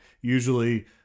usually